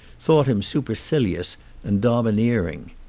thought him supercilious and domineer ing.